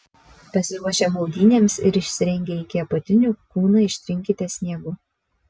pasiruošę maudynėms ir išsirengę iki apatinių kūną ištrinkite sniegu